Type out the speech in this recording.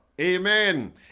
Amen